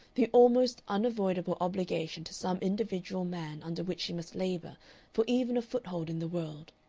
the almost unavoidable obligation to some individual man under which she must labor for even a foothold in the world.